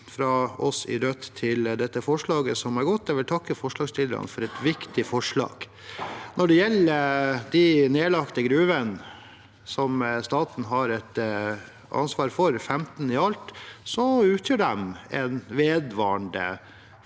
fra oss i Rødt til dette gode representantforslaget og takke forslagsstillerne for et viktig forslag. Når det gjelder de nedlagte gruvene, som staten har et ansvar for, 15 i alt, utgjør de en vedvarende